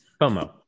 FOMO